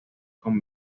con